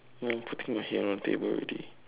I'm putting my head on the table already